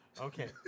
Okay